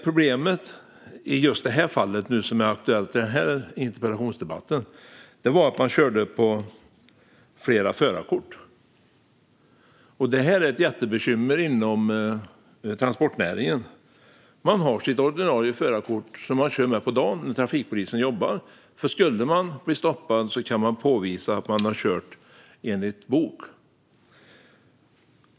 Problemet i just det fall som är aktuellt i denna interpellationsdebatt var att man körde på flera förarkort. Det här är ett jättebekymmer inom transportnäringen. Man har sitt ordinarie förarkort som man kör med på dagen, när trafikpolisen jobbar. Om man skulle bli stoppad kan man då påvisa att man har kört enligt bok.